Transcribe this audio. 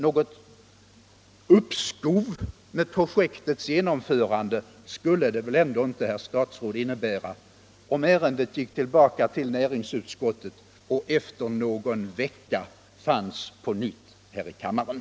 Något uppskov med projektets genomförande skulle det väl ändå inte, herr statsråd, innebära om ärendet gick tillbaka till näringsutskottet och efter någon vecka togs upp på nytt här i kammaren?